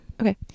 Okay